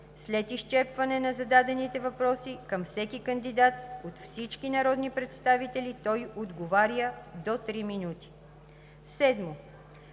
След изчерпване на зададените въпроси към всеки кандидат от всички народни представители той отговаря до 3 минути. 7.